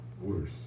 worse